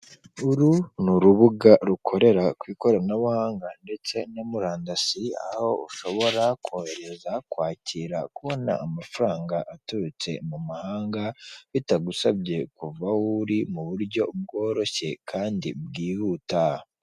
Uru ni urubuga rukorera ku ikoranabuhanga ndetse na murandasi, aho ushobora kohereza, kwakira, kubona amafaranga aturutse mu mahanga bitagusabye kuva aho uri, mu buryo bworoshye kandi bwihuta.